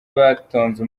batonze